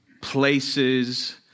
places